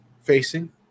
facing